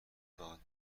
داد